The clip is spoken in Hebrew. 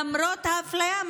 למרות האפליה,